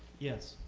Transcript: yes.